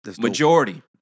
Majority